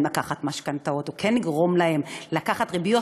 לקחת משכנתאות או כן לגרום להם לקחת ריביות,